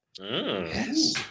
Yes